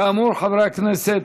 כאמור, חברי הכנסת,